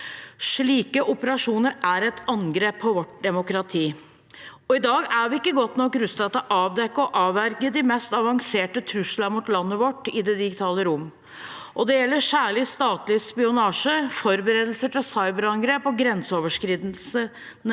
Slike operasjoner er et angrep på vårt demokrati. I dag er vi ikke godt nok rustet til å avdekke og avverge de mest avanserte truslene mot landet vårt i det digitale rom. Det gjelder særlig statlig spionasje, forberedelser til cyberangrep og grenseoverskridende